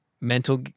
mental